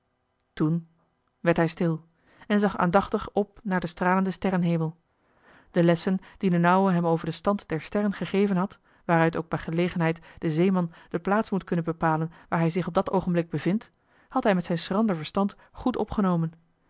toen werd hij stil en zag aandachtig op naar den stralenden sterrenhemel de lessen die d'n ouwe hem over den stand der sterren gegeven had waaruit ook bij gelegenheid de zeeman de plaats moet kunnen bepalen waar hij zich op dat oogenblik bevindt had hij met zijn schrander verstand goed opgenomen